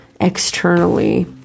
externally